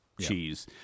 cheese